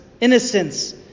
innocence